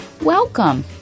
Welcome